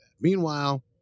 meanwhile